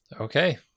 okay